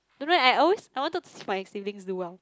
dunno leh I always I wanted to see my siblings do well